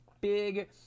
big